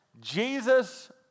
Jesus